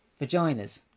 vaginas